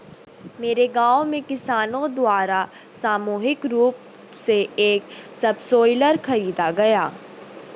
मेरे गांव में किसानो द्वारा सामूहिक रूप से एक सबसॉइलर खरीदा गया